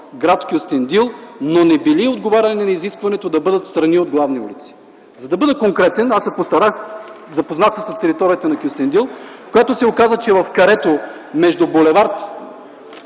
гр. Кюстендил, но не били отговаряли на изискването да бъдат встрани от главни улици. За да бъда конкретен, аз се постарах, запознах се с територията на Кюстендил, в която се оказа, че между бул.